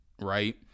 right